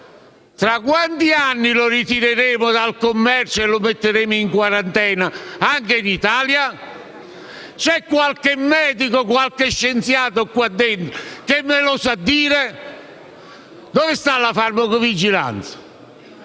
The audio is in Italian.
Tra quanti anni lo ritireremo dal commercio e lo metteremo in quarantena, anche in Italia? C'è qualche medico o qualche scienziato qua dentro che me lo sa dire? Dove sta la farmacovigilanza?